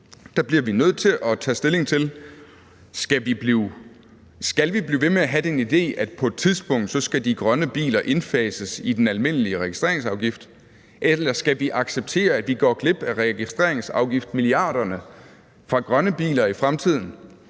har spillet ud, om vi skal blive ved med at have den idé, at på et tidspunkt skal de grønne biler indfases i den almindelige registreringsafgift, eller om vi skal acceptere, at vi går glip af registreringsafgiftsmilliarderne fra grønne biler i fremtiden,